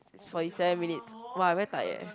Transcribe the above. it's forty seven minutes !wah! very tired